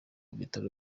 bitaro